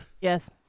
Yes